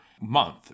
month